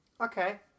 Okay